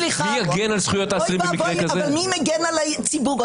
סליחה, מי מגן על הציבור?